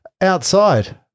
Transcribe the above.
Outside